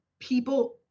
people